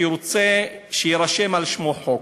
כי הוא רוצה שיירשם על שמו חוק,